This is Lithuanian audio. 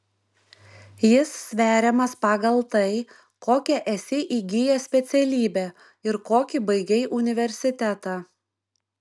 jis sveriamas pagal tai kokią esi įgijęs specialybę ir kokį baigei universitetą